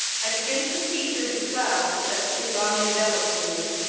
i begin to see through the cloud which has too long enveloped me.